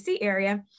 area